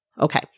Okay